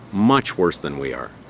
much worse than we are.